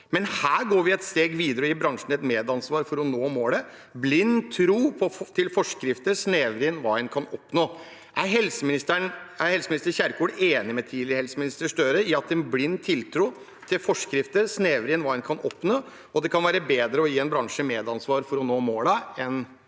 men her går vi et steg videre og gir bransjen et medansvar for å nå målene. Blind tiltro til forskrifter snevrer inn hva en kan oppnå.» Er helseminister Kjerkol enig med tidligere helseminister Støre i at en blind tiltro til forskrifter snevrer inn hva en kan oppnå, og at det kan være bedre å gi en bransje medansvar for å nå målene enn